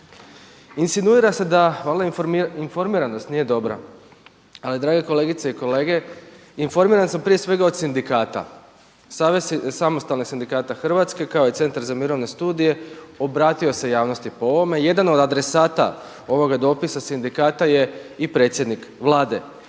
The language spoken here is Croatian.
Insinuira se da valjda informiranost nije dobra, ali drage kolegice i kolege informiran sam prije svega od sindikata, Savez samostalnih sindikata Hrvatske kao i Centar za mirovine studije obratio se javnosti po ovome. Jedan od adresata ovoga dopisa sindikata je i predsjednik Vlade.